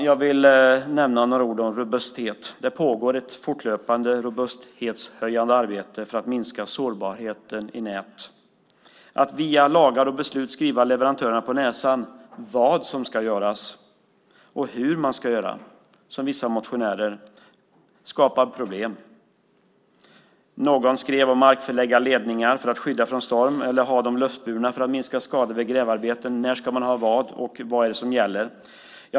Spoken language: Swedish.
Jag vill nämna några ord om robusthet. Det pågår ett fortlöpande robusthetshöjande arbete för att minska sårbarheten i nät. Att via lagar och beslut skriva leverantörerna på näsan vad som ska göras och hur man ska göra det, som vissa motionärer gör, skapar problem. Någon skrev om att markförlägga ledningar för att skydda från storm eller att ha dem luftburna för att minska skador vid grävarbeten. När ska man ha vad? Vad är det som gäller?